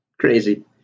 Crazy